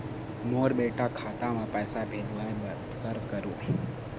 मोर बेटा खाता मा पैसा भेजवाए बर कर करों?